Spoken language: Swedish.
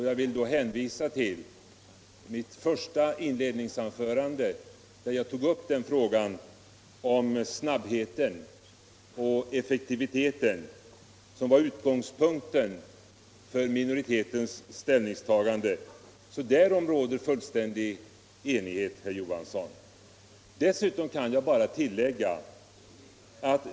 Jag vill då hänvisa till att jag i mitt inledningsanförande tog upp just frågan om snabbheten och effektiviteten, som ju är utgångspunkten för minoritetens ställningstagande. Så på den punkten råder fullständig enighet, herr Johansson.